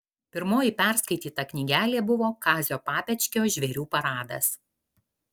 pirmoji perskaityta knygelė buvo kazio papečkio žvėrių paradas